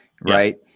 right